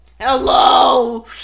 Hello